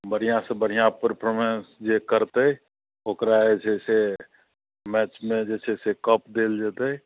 बढ़िआँसँ बढ़िआँ परफोरमेन्स जे करतै ओकरा जे छै से मैचमे जे छै से कप देल जेतै